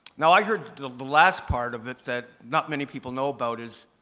now i heard the last part of it that not many people know about is,